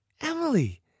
Emily